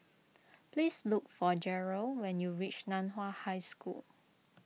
please look for Gerald when you reach Nan Hua High School